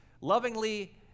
lovingly